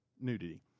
nudity